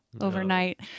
overnight